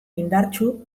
indartsu